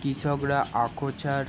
কৃষকরা আকছার